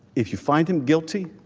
if you find him guilty,